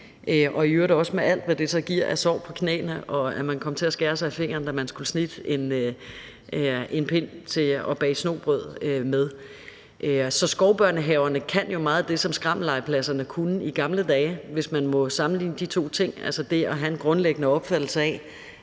og i øvrigt også med alt, hvad det så giver af sår på knæ og fingre, fordi man kom til at skære sig i fingeren, da man skulle snitte en pind til at bage snobrød med. Så skovbørnehaverne kan jo meget af det, som skrammellegepladserne kunne i gamle dage, hvis man må sammenligne de to ting, altså det at have en grundlæggende opfattelse af,